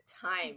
time